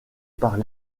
par